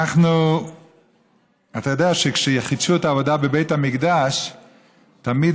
אתה יודע שכשחידשו את העבודה בבית המקדש תמיד